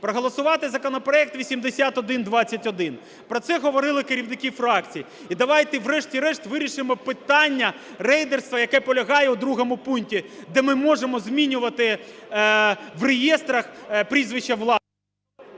проголосувати законопроект 8121. Про це говорили керівники фракцій. І давайте врешті-решт вирішимо питання рейдерства, яке полягає в другому пункті, де ми можемо змінювати в реєстрах прізвища… Веде